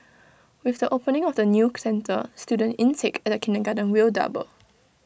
with the opening of the new centre student intake at kindergarten will double